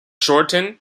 shorten